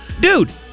Dude